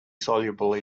soluble